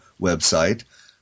website